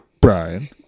Brian